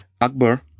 Akbar